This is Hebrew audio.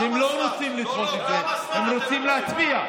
שהם לא רוצים לדחות את זה, הם רוצים להצביע.